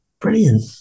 Brilliant